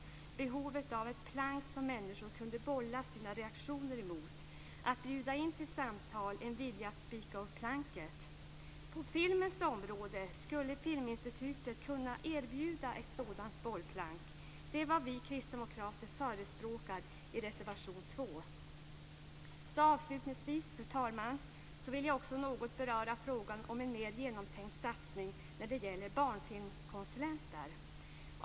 Hon tar upp behovet av ett plank som människor kunde bolla sina reaktioner mot. Att bjuda in till samtal är en vilja att spika upp planket, menar hon. På filmens område skulle Filminstitutet kunna erbjuda ett sådant bollplank. Det är vad vi kristdemokrater förespråkar i reservation 2. Avslutningsvis, fru talman, vill jag något beröra frågan om en mer genomtänkt satsning när det gäller barnfilmskonsulenter.